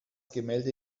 gemälde